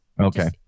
okay